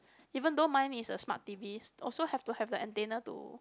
even though mine is a smart T_Vs also have to have the antenna to